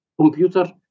computer